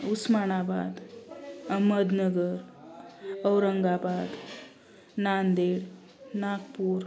Osmanabad Ahmednagar Aurangabad Nanded Nagpur